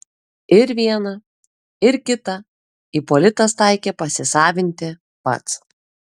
ir vieną ir kitą ipolitas taikė pasisavinti pats